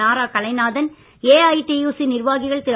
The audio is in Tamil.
நாரா கலைநாதன் ஏஐடியுசி நிர்வாகிகள் திரு